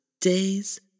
days